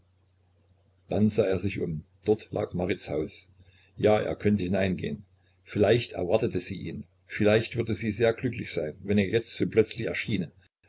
dann sah er sich um dort lag marits haus ja er könnte hineingehen vielleicht erwartete sie ihn vielleicht würde sie sehr glücklich sein wenn er jetzt so plötzlich erschiene